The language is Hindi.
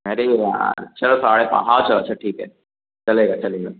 अरे यार चलो साढ़े पा हाँ चलो अच्छा ठीक है चलेगा चलेगा